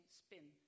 spin